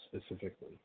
specifically